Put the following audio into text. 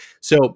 So-